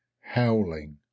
howling